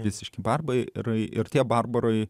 visiški barbarai ir tie barbarai